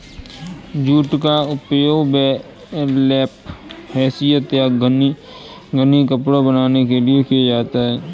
jute का उपयोग burlap hessian या गनी कपड़ा बनाने के लिए किया जाता है